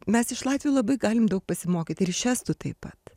mes iš latvių labai galim daug pasimokyt ir iš estų taip pat